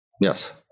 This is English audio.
Yes